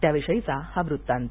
त्याविषयीचा हा वृत्तांत